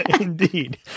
indeed